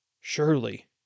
Surely